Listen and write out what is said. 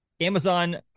Amazon